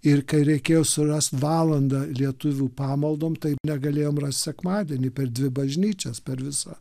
ir kai reikėjo surasti valandą lietuvių pamaldom tai negalėjom rast sekmadienį per dvi bažnyčias per visą